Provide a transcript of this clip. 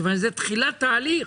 מכיוון שזה תחילת תהליך,